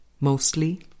mostly